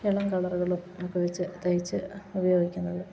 ഇളം കളറുകളും ഒക്കെ വെച്ച് തയ്ച്ച് ഉപയോഗിക്കുന്നത്